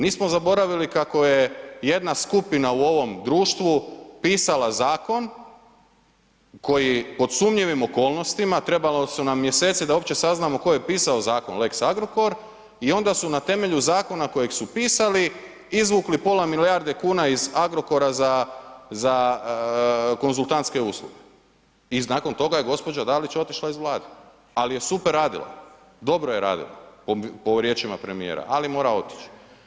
Nismo zaboravili kako je jedna skupina u ovom društvu pisala zakon koji pod sumnjivim okolnostima, trebali su nam mjeseci da uopće saznamo tko je pisao zakon lex Agrokor i onda su na temelju zakona kojeg su pisali izvukli pola milijarde kuna iz Agrokora za konzultantske usluge i nakon toga je gospođa Dalić otišla iz Vlade ali je super radila, dobro je radila po riječima premijera ali mora otići.